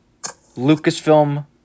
Lucasfilm